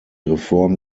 reform